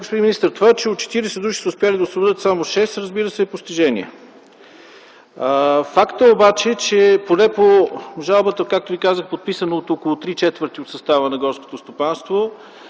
това, че от 40 души са успели да освободят само 6, разбира се, е постижение. Факт е обаче, както казах, че в жалбата, подписана от около три четвърти от състава на горското стопанство,